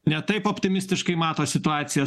ne taip optimistiškai mato situaciją